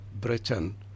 Britain